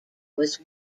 was